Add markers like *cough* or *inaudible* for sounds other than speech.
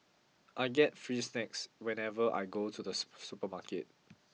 I get free snacks whenever I go to the *unintelligible* supermarket